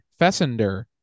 Fessender